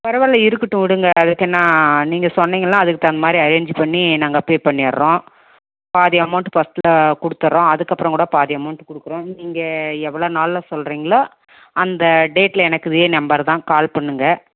பரவாயில்ல இருக்கட்டும் விடுங்க அதுக்கு நான் நீங்கள் சொன்னீங்கன்னால் அதுக்கு தகுந்த மாதிரி அரேஞ்ச் பண்ணி நாங்கள் பே பண்ணிடுறோம் பாதி அமௌண்ட் ஃபர்ஸ்ட்டில் கொடுத்துட்றோம் அதுக்கு அப்புறம் கூட பாதி அமௌண்ட் கொடுக்குறோம் நீங்கள் எவ்வளோ நாளில் சொல்கிறிங்ளோ அந்த டேட்டில் எனக்கு இதே நம்பர் தான் கால் பண்ணுங்க